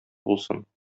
булсын